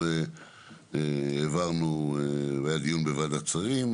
היה על זה דיון בוועדת שרים,